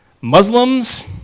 Muslims